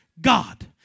God